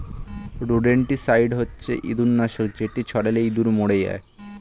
rodenticide হচ্ছে ইঁদুর নাশক যেটি ছড়ালে ইঁদুর মরে যায়